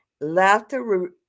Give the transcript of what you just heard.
laughter